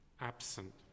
absent